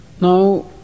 Now